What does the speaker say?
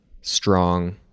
strong